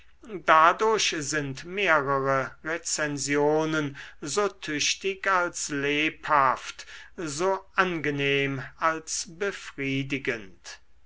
dadurch sind mehrere rezensionen so tüchtig als lebhaft so angenehm als befriedigend